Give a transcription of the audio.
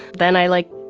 then i, like,